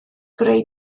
greu